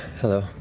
hello